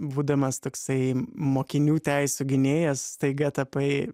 būdamas toksai mokinių teisių gynėjas staiga tapai